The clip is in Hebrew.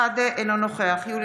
אינו נוכח סמי אבו שחאדה,